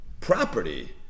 property